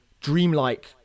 dreamlike